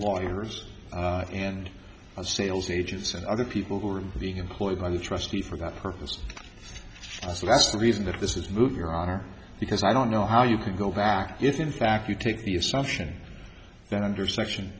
lawyers and sales agents and other people who are being employed by the trustee for that purpose so that's the reason that this is move your honor because i don't know how you can go back if in fact you take the assumption that under